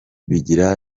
bigira